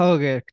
Okay